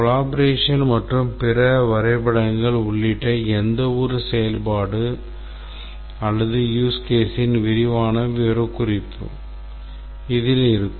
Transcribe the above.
collaboration மற்றும் பிற வரைபடங்கள் உள்ளிட்ட ஒவ்வொரு செயல்பாடு அல்லது use caseன் விரிவான விவரக்குறிப்பு இதில் இருக்கும்